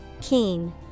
Keen